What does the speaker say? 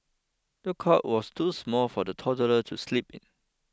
the cot was too small for the toddler to sleep in